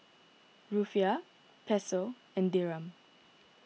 Rufiyaa Peso and Dirham